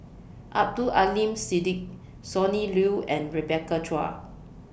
Abdul Aleem Siddique Sonny Liew and Rebecca Chua